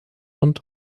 und